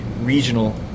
regional